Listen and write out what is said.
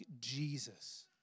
Jesus